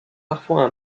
parfois